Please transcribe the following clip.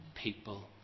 people